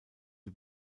wie